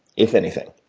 if anything?